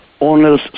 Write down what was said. owners